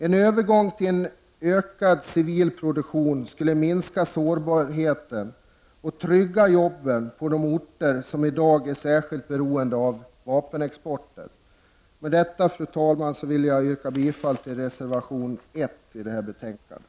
En övergång till ökad civil produktion skulle minska sårbarheten och trygga jobben på de orter som i dag är särskilt beroende av vapenexporten. Med detta, fru talman, yrkar jag bifall till reservation 1 till detta betänkande.